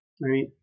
right